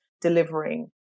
delivering